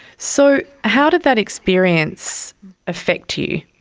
so how did that experience affect you?